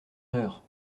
heure